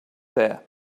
there